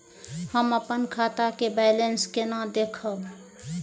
हम अपन खाता के बैलेंस केना देखब?